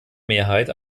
mehrheit